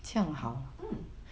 mm